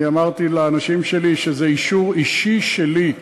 אני אמרתי לאנשים שלי שזה אישור אישי שלי,